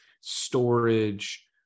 storage